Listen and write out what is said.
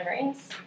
memories